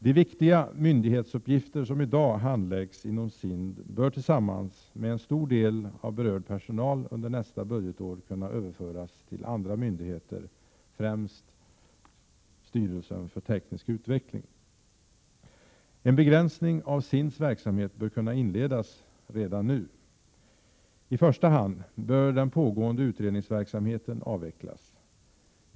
De viktiga myndighetsuppgifter som i dag handläggs inom SIND bör tillsammans med en stor del av berörd personal under nästa budgetår kunna överföras till andra myndigheter, främst styrelsen för teknisk utveckling, STU. En begränsning av SIND:s verksamhet bör kunna inledas redan nu. I första hand bör den pågående utredningsverksamheten avvecklas.